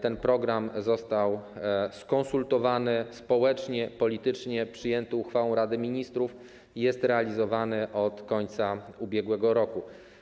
Ten program został skonsultowany społecznie, politycznie, przyjęty uchwałą Rady Ministrów i jest realizowany od końca ubiegłego roku.